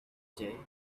day